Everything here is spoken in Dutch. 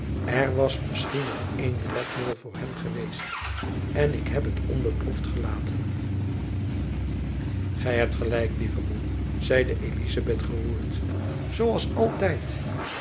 er was misschien nog één redmiddel voor hem geweest en ik heb het onbeproefd gelaten gy hebt gelijk lieve moei zeide elizabeth geroerd zoo als altijd